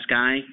guy